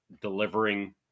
delivering